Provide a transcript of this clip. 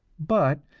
but,